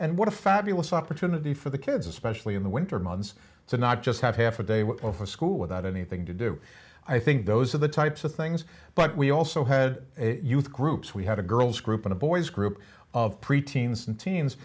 and what a fabulous opportunity for the kids especially in the winter months so not just have half a day with of a school without anything to do i think those are the types of things but we also had a youth groups we had a girls group in a boys group of pre teens and te